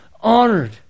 honored